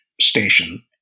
station